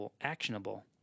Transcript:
actionable